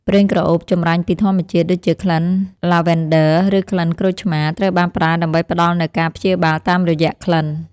ប្រេងក្រអូបចម្រាញ់ពីធម្មជាតិ ដូចជាក្លិនឡាវ៉ាន់ឌឺ ឬក្លិនក្រូចឆ្មារ ត្រូវបានប្រើដើម្បីផ្តល់នូវការព្យាបាលតាមរយៈក្លិន។